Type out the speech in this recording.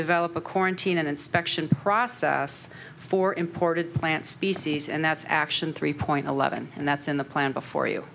develop a corn tienen inspection process for imported plant species and that's action three point eleven and that's in the plan before you